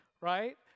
right